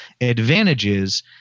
advantages